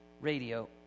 radio